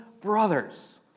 brothers